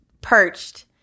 perched